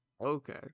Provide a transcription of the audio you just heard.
Okay